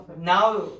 now